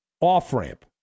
off-ramp